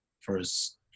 first